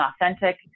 authentic